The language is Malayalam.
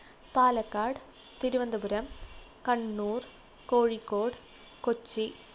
പാലക്കാട് തിരുവനന്തപുരം കണ്ണൂര് കോഴിക്കോട് കൊച്ചി